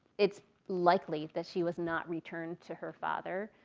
it's likely that she was not returned to her father.